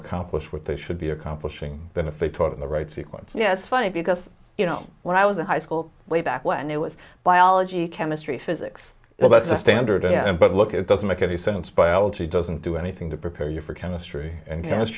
accomplish what they should be accomplishing than if they thought in the right sequence you know it's funny because you know when i was in high school way back when it was biology chemistry physics well that's the standard yeah but look at doesn't make any sense biology doesn't do anything to prepare you for chemistry and